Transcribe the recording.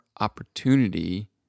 opportunity